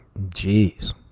Jeez